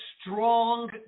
strong